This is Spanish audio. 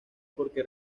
porque